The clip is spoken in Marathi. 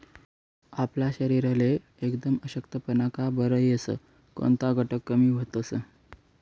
आपला शरीरले एकदम अशक्तपणा का बरं येस? कोनता घटक कमी व्हतंस?